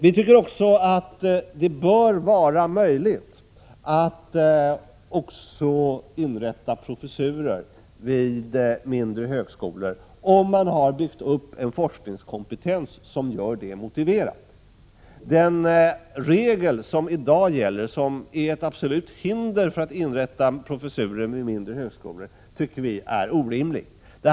Vi anser vidare att det bör vara möjligt att inrätta professurer också vid mindre högskolor, om man där har byggt upp en forskningskompetens som gör detta motiverat. Den regel som i dag gäller och som är ett absolut hinder för att inrätta professurer vid mindre högskolor är enligt vår mening orimlig.